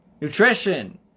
Nutrition